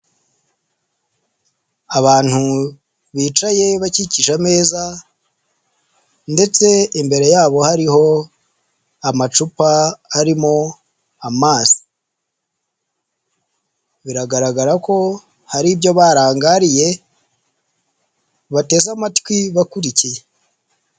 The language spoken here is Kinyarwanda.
Abantu bicaye bakikije ameza ndetse imbere yabo haribo hariho amacupa arimo amazi, biragaragara ko haribyo barangariye bateze amatwi bakurikiye.